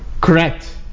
Correct